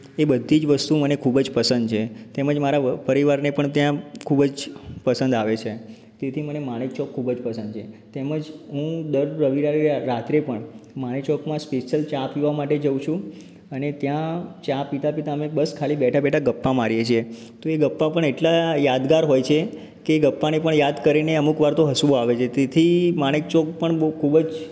એ બધી જ વસ્તુઓ મને ખૂબ જ પસંદ છે તેમ જ મારા પરિવારને પણ ત્યાં ખૂબ જ પસંદ આવે છે જેથી મને માણેકચોક ખૂબ જ પસંદ છે તેમજ હું દર રવિવારે રાત્રે પણ માણેકચોકમાં સ્પેશિયલ ચા પીવા માટે જઉં છું અને ત્યાં ચા પીતાં પીતાં અમે બસ ખાલી બેઠા બેઠા ગપ્પા મારીએ છીએ તો એ ગપ્પા પણ એટલાં યાદગાર હોય છે કે એ ગપ્પાને પણ યાદ કરીને અમુક વાર તો હસવું આવે છે તેથી માણેકચોક પણ બહુ ખૂબ જ